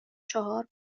چهار